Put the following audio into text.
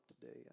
today